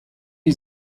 die